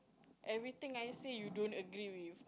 everything I say you don't agree with